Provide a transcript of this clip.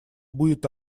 будет